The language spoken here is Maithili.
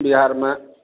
बिहारमे